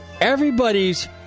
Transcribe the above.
everybody's